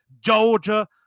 Georgia